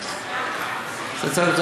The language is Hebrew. עובר, לוועדת הכספים או ועדת הכלכלה?